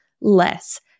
less